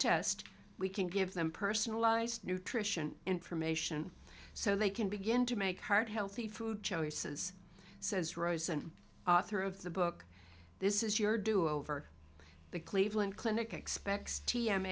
test we can give them personalized nutrition information so they can begin to make heart healthy food choices says rosen author of the book this is your do over the cleveland clinic expects t m